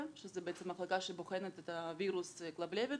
שזו בעצם מחלקה שבוחנת את הווירוס כלבלבת.